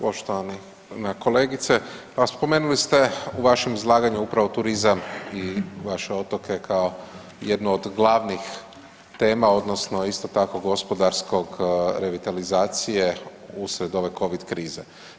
Poštovana kolegice pa spomenuli ste u vašem izlaganju upravo turizam i vaše otoke koje jednu od glavnih tema odnosno isto tako gospodarske revitalizacije usred ove Covid krize.